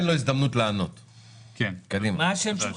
חבר הכנסת